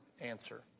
answer